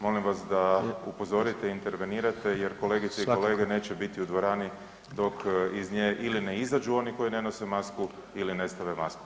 Molim vas da upozorite i intervenirate jer [[Upadica: Svakako.]] kolegice i kolege neće biti u dvorani dok iz nje ili ne izađu oni koji ne nose masku ili ne stave masku.